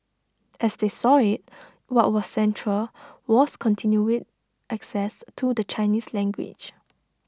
as they saw IT what was central was continued access to the Chinese language